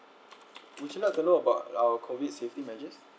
would you like to know about our COVID safety measures